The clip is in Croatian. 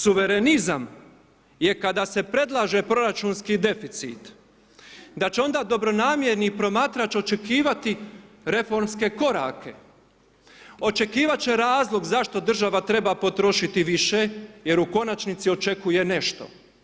Suvremenizam je kada se predlaže proračunski deficit da će onda dobronamjerni promatrač očekivati reformske korake, očekivati će razlog zašto država treba potrošiti više jer u konačnici očekuje nešto.